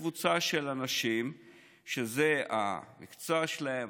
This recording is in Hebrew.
בקבוצה של אנשים שזה המקצוע שלהם,